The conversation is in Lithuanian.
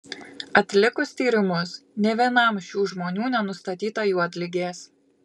atlikus tyrimus nė vienam šių žmonių nenustatyta juodligės